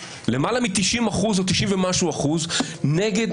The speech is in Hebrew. למעלה מ-90 אחוזים או 90 ומשהו אחוזים נגד